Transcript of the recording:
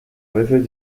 veces